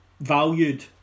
valued